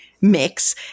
mix